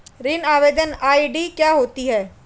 ऋण आवेदन आई.डी क्या होती है?